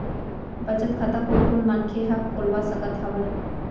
बचत खाता कोन कोन मनखे ह खोलवा सकत हवे?